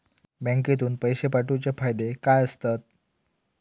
बँकेतून पैशे पाठवूचे फायदे काय असतत?